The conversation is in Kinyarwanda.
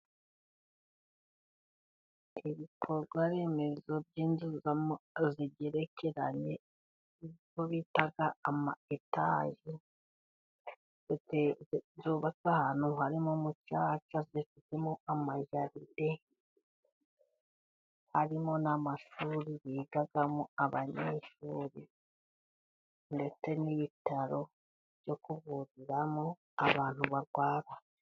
Ibikorwa remezo by'inzu zigerekeranye zo bita amayetaje, zubatse ahantu harimo umuca, cyangwa zifitemo amajaride, harimo n'amashuri bigamo abanyeshuri ndetse n'ibitaro byo kuvuriramo abantu barwara.